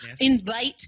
Invite